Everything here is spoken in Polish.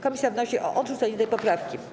Komisja wnosi o odrzucenie tej poprawki.